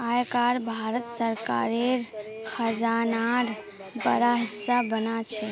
आय कर भारत सरकारेर खजानार बड़ा हिस्सा बना छे